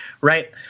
Right